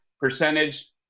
percentage